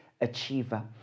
achiever